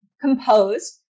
composed